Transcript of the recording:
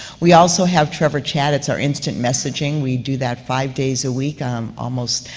we also have trevor chat. it's our instant messaging. we do that five days a week, um almost,